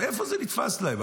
מאיפה זה נתפס להם?